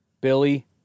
Billy